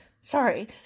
sorry